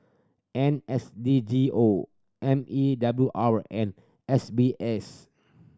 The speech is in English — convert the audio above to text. N S D G O M E W R and S B S